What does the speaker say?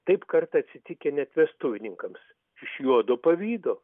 taip kartą atsitikę net vestuvininkams iš juodo pavydo